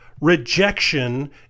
Rejection